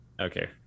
Okay